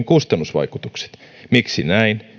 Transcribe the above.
kustannusvaikutukset miksi näin